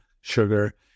sugar